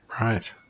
Right